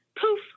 poof